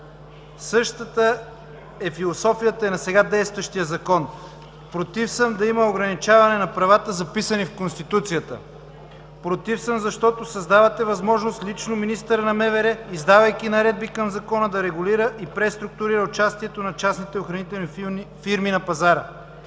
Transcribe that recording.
Същата е философията и на сега действащия Закон. Против съм да има ограничаване на правата, записани в Конституцията. Против съм, защото създавате възможност лично министъра на МВР, издавайки наредби към Закона, да регулира и преструктурира участието на частните охранителни фирми на пазара.